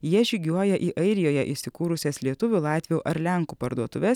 jie žygiuoja į airijoje įsikūrusias lietuvių latvių ar lenkų parduotuves